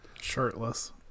Shirtless